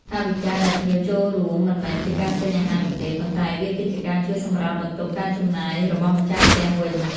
ថវិកាដែលភ្ញៀវចូលរួមមិនមែនជាការទិញអាហារនោះទេ ប៉ុន្តែវាគឺជាការជួយសម្រាលបន្ទុកការចំណាយរបស់ម្ចាស់ផ្ទះវិញ។